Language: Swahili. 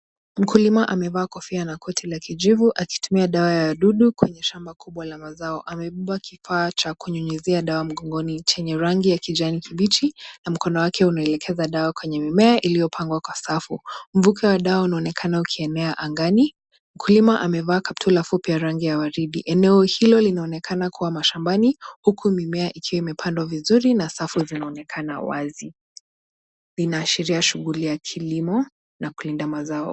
Mkulima amevaa kofia na koti la kijivu akitumia dawa ya wadudu kwenye shamba kubwa la mazao, amebeba kifaa cha kunyunyuzia dawa mgongoni chenye rangi ya kijani kibichi nakono wake unaelekeza dawa kwenye mimesa iliyopangwa kwa safu. Mvuke wa dawa unaonekana ukienea angani. Mkulima amevaa kaptura fupi la rangi ya waridi. Eneo hilo linaonekana kuwa mashambani hunu mimea ikiwa imepandwa vizuri na safu zinaonekana wazi, zinaashiria mazingira ya kilimo na uzalishaji.